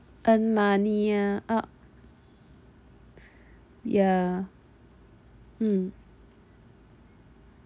earn money ah uh yeah mm